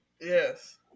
Yes